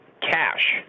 cash